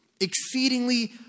exceedingly